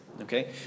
okay